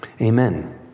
amen